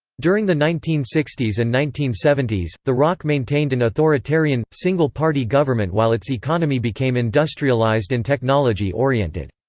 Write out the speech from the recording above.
during the nineteen sixty s and nineteen seventy s, the roc maintained an authoritarian, single-party government while its economy became industrialized and technology oriented.